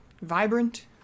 vibrant